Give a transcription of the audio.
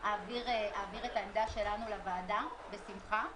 אעביר אותה לוועדה בשמחה.